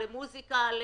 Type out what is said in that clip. למוזיקה,